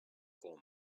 for